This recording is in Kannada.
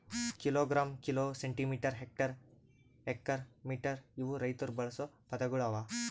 kilogram, kilo, centimetre, hectare, acre, metre ಇವು ರೈತುರ್ ಬಳಸ ಪದಗೊಳ್ ಅವಾ